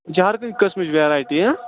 یہِ چھِ ہر کُنہٕ قٕسمٕچ وٮ۪رایٹی